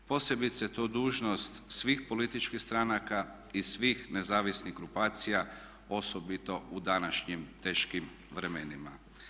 Posebice je to dužnost svih političkih stranaka i svih nezavisnih grupacija osobito u današnjim teškim vremenima.